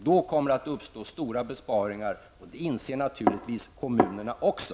Då kommer det att uppstå stora besparingar, och det inser naturligtvis kommunerna också.